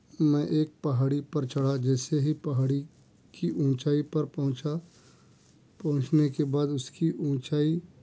میں ایک پہاڑی پر چڑھا جیسے ہی پہاڑی کی اونچائی پر پہنچا پہنچنے کے بعد اُس کی اونچائی